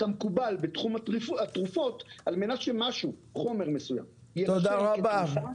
המקובל בתחום התרופות על מנת שחומר מסוים יאפשר כתרופה,